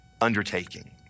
undertaking